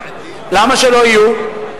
למה שלא יהיו?